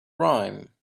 rhyme